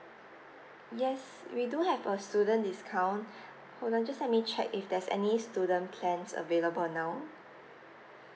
yes we do have a student discount hold on just let me check if there's any student plans available now